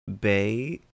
Bay